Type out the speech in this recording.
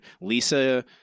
Lisa